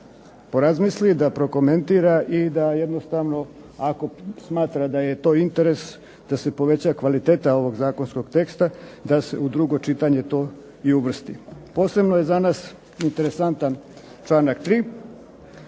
da prokomentira, i da jednostavno ako smatra da je to interes da se poveća kvaliteta ovog zakonskog teksta, da se u drugo čitanje to i uvrsti. Posebno je za nas interesantan članak 3.